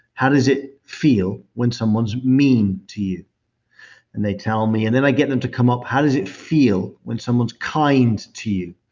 how does it feel when someone's mean to you? then they tell me. and then i get them to come up, how does it feel when someone's kind to you?